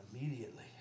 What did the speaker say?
immediately